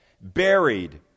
Buried